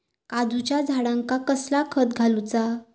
काजूच्या झाडांका कसला खत घालूचा?